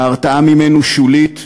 ההרתעה ממנו שולית,